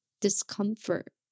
discomfort